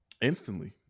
Instantly